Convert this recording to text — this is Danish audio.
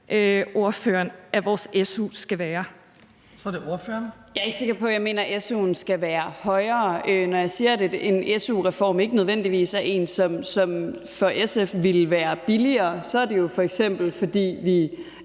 Sofie Lippert (SF): Jeg er ikke sikker på, at jeg mener, at su'en skal være højere. Når jeg siger, at en su-reform ikke nødvendigvis er en, som for SF ville være billigere, er det jo, f.eks. fordi vi